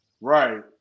Right